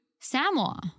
Samoa